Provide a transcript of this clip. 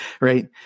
right